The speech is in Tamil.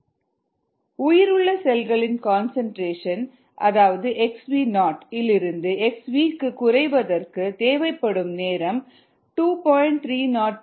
lnkdt உயிருள்ள செல்களின் கன்சன்ட்ரேஷன் xv நாட் இல் இருந்து xv க்கு குறைவதற்கு தேவைப்படும் நேரம் 2